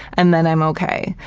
and then i'm okay.